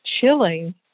chilling